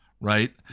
right